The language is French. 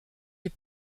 les